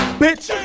bitch